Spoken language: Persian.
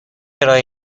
ارائه